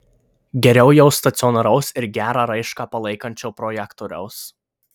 geriau jau stacionaraus ir gerą raišką palaikančio projektoriaus